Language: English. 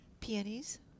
Peonies